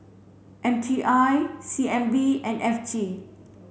M T I C N B and F T